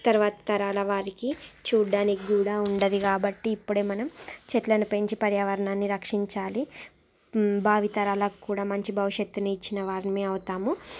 తర్వాత తరాల వారికి చూడ్డానికి కూడా ఉండదు కాబట్టి ఇపుడే మనం చెట్లను పెంచి పర్యావరణాన్ని రక్షించాలి భావితరాలకు కూడా మంచి భవిష్యత్తును ఇచ్చినవారము అవుతాము